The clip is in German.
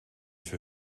für